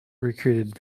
recruited